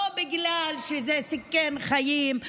לא בגלל שזה סיכן חיים,